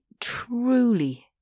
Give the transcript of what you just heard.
truly